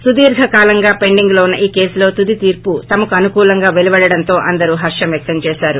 సుదీర్ఘకాలంగా పెండింగ్లో ఉన్న ఈ కేసులో తుది తీర్పు తమకు అనుకూలంగా పెలువడటంతో అందరూ హర్షం వ్యక్తం చేశారు